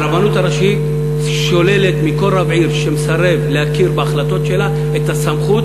הרבנות הראשית שוללת מכל רב עיר שמסרב להכיר בהחלטות שלה את הסמכות